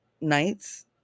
nights